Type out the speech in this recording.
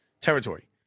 territory